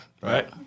right